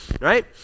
Right